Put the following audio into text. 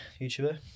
YouTuber